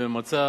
וממצה